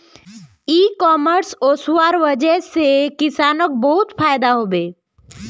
इ कॉमर्स वस्वार वजह से किसानक बहुत फायदा हबे